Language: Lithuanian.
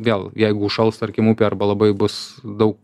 vėl jeigu užšals tarkim upė arba labai bus daug